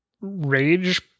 rage